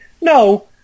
no